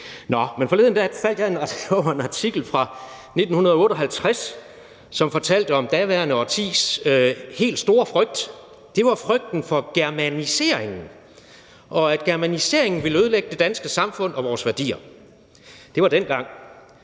forslag. Forleden dag fandt jeg en artikel fra 1958, som fortalte om daværende årtis helt store frygt. Det var frygten for germaniseringen, og at germaniseringen ville ødelægge det danske samfund og vores værdier. Det var dengang.